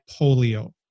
polio